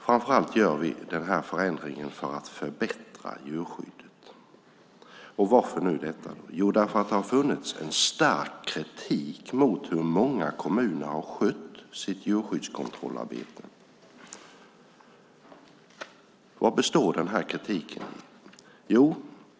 Framför allt gör vi denna förändring för att förbättra djurskyddet, detta för att det har funnits en stark kritik mot hur många kommuner har skött sitt djurskyddskontrollarbete.